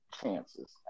chances